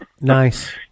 Nice